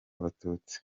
abatutsi